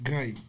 Guy